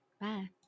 bye